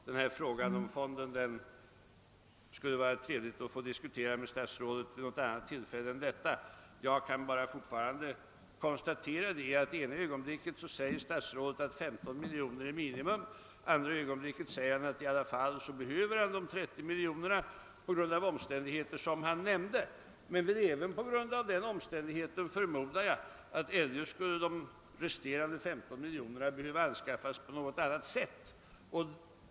Herr talman! Det skulle vara trevligt att vid något annat tillfälle än detta få diskutera frågan om fonden. Jag kan fortfarande bara konstatera att statsrådet det ena ögonblicket säger att 15 miljoner kronor är minimum. Det andra ögonblicket säger han att han behöver de 30 miljonerna på grund av omständigheter som han nämnde men även, på grund av den omständigheten, förmodar jag, att de 15 miljonerna eljest skulle behöva anskaffas på något annat sätt.